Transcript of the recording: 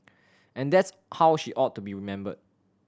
and that's how she ought to be remembered